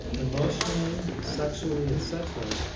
emotionally, sexually, et cetera